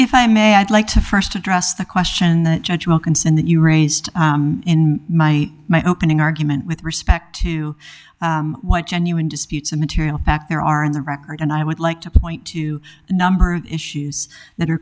if i may i'd like to first address the question the judge will consider that you raised in my my opening argument with respect to what genuine disputes a material fact there are in the record and i would like to point to a number of issues that are